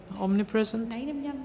omnipresent